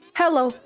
Hello